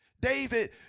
David